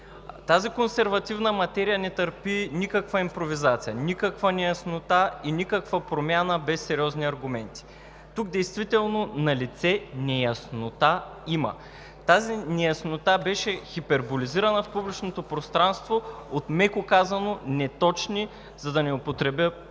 Тази консервативна материя не търпи никаква импровизация, никаква неяснота и никаква промяна без сериозни аргументи. Тук действително има налице неяснота. Тази неяснота беше хиперболизирана в публичното пространство от, меко казано, неточни, за да не употребя